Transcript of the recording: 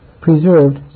preserved